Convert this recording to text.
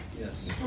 Yes